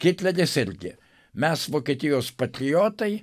hitleris irgi mes vokietijos patriotai